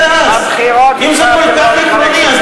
בבחירות התחייבתם לא לחלק כספים קואליציוניים.